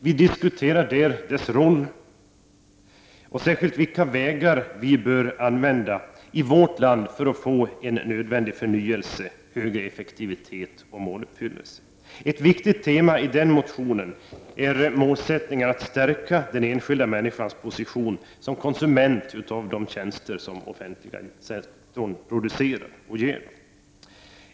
Vi diskuterar där dennas roll och särskilt vilka vägar vi bör gå i vårt land för att få en nödvändig förnyelse, en högre effektivitet och måluppfyllelse. Ett viktigt tema i denna motion är att stärka den enskilda människans position som konsument av de tjänster som offentlig sektor utför.